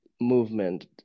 movement